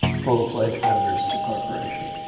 full fledged members of the corporation.